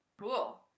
Cool